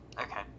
Okay